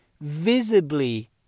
visibly